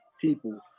people